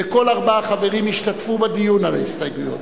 וכל ארבעת החברים ישתתפו בדיון על ההסתייגויות: